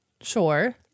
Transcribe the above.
Sure